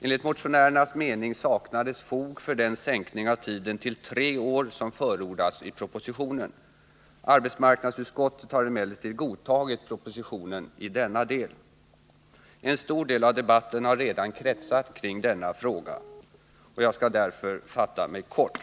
Enligt motionärernas mening saknas fog för den sänkning av tiden till tre år som förordats i propositionen. Arbetsmarknadsutskottet har emellertid godtagit propositionen i denna del. En stor del av debatten har redan kretsat kring denna fråga, och jag skall därför fatta mig kort.